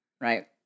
right